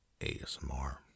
ASMR